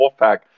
Wolfpack